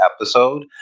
episode